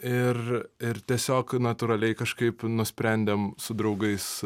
ir ir tiesiog natūraliai kažkaip nusprendėm su draugais